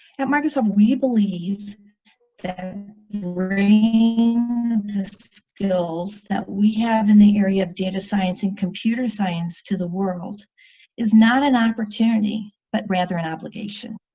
at microsoft we believe that bringing the skills that we have in the area of data science and computer science to the world is not an opportunity, but rather an obligation.